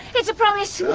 it's a promise!